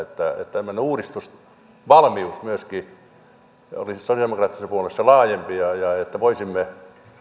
tämmöinen uudistusvalmius myöskin olisi sosialidemokraattisessa puolueessa laajempi ja että voisimme